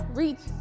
reach